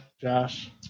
Josh